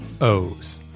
O's